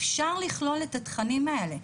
אפשר לכלול את התכנים האלה.